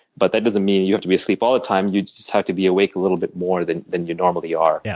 but that doesn't mean you you have to be asleep all of the time you just have to be awake a little bit more than than you normally are. yeah